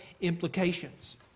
implications